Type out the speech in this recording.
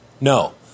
No